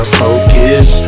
focus